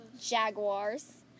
jaguars